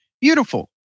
Beautiful